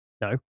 no